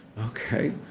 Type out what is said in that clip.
Okay